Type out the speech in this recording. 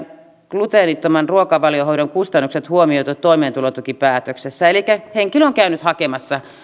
gluteenittoman ruokavaliohoidon kustannukset huomioitu toimeentulotukipäätöksessä elikkä henkilö on käynyt hakemassa